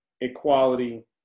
equality